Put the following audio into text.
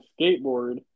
skateboard